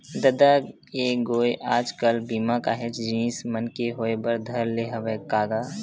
ददा ऐ गोय आज कल बीमा काहेच जिनिस मन के होय बर धर ले हवय का गा?